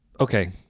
Okay